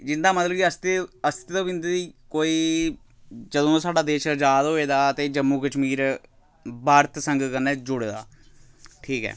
जिंदा मतलब कि अस्तिव अस्तिव कोई जदूं दा साढ़ा देश अजाद होए दा ते जम्मू कश्मीर भारत संंग कन्नै जुड़े दा ठीक ऐ